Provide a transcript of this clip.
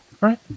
Right